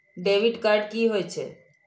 Debit card की होय छेय?